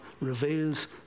reveals